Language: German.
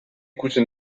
gute